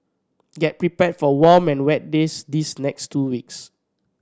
get prepared for warm and wet days these next two weeks